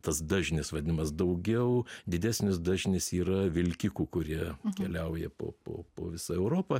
tas dažnis vadinamas daugiau didesnis dažnis yra vilkikų kurie keliauja po po po visą europą